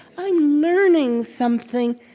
i'm learning something.